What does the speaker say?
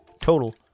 total